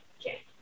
Okay